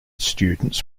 students